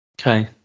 Okay